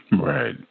Right